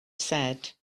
said